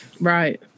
right